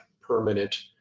permanent